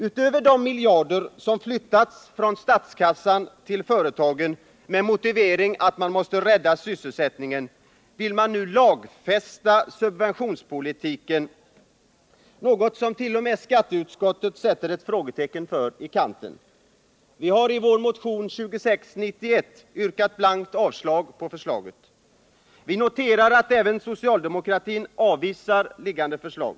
Utöver de miljarder som flyttats från statskassan till företagen med motivering att man måste rädda sysselsättningen vill man nu lagfästa subventionspolitiken, något som 1.0. m. skatteutskottet sätter ett frågetecken för i kanten. Vi har i vår motion 2691 yrkat blankt avslag på förslaget. Vi noterar att även socialdemokratin avvisar liggande förslag.